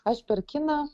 aš per kiną